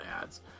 ads